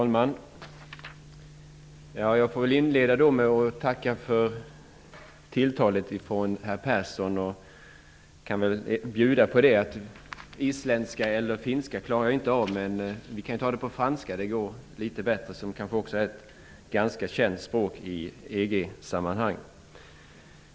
Herr talman! Jag får inleda med att tacka för uttalandet från herr Persson. Jag kan bjuda på att jag inte klarar av isländska eller finska, men vi kan ta det på franska. Det går litet bättre. Det är ju ett känt språk i EG-sammanhang.